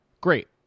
Great